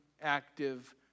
active